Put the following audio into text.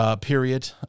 period